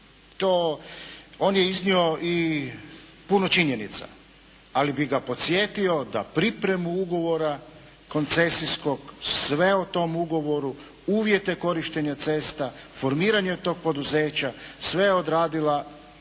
on je iznio i puno činjenica, ali bi ga podsjetio da pripremu ugovora koncesijskog, sve o tom ugovoru, uvjete korištenja cesta, formiranje toga poduzeća, sve odradila